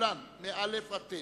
כולן, שהן מא' עד ט',